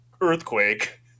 earthquake